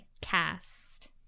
Cast